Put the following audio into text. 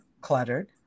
cluttered